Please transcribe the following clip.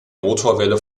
motorwelle